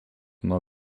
nuo